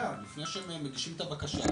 לפני שהם מגישים את הבקשה.